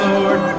Lord